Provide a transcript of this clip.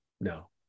no